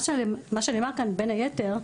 מה שנאמר כאן בית היתר,